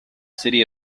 city